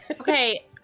Okay